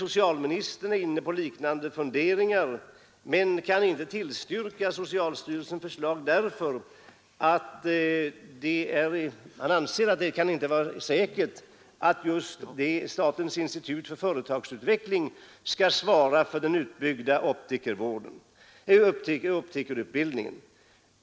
Socialministern är inne på liknande funderingar, men han kan inte tillstyrka socialstyrelsens förslag därför att han anser att det inte kan vara säkert att just statens institut för företagsutveckling skall svara för den utbyggda optikerutbildningen.